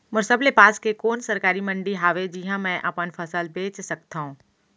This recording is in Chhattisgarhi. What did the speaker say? मोर सबले पास के कोन सरकारी मंडी हावे जिहां मैं अपन फसल बेच सकथव?